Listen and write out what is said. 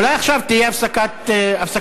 אולי עכשיו תהיה הפסקת אש.